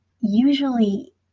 usually